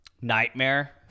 Nightmare